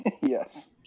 Yes